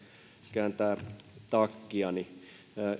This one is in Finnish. kääntää takkiani